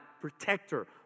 protector